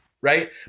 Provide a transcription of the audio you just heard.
right